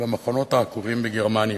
במחנות העקורים בגרמניה.